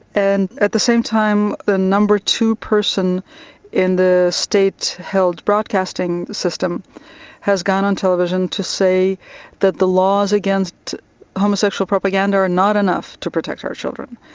and at the same time the number two person in the state-held broadcasting system has gone on television to say that the laws against homosexual propaganda are not enough to protect our children,